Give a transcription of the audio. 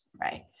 right